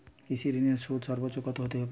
কৃষিঋণের সুদ সর্বোচ্চ কত হতে পারে?